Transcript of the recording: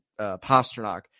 Pasternak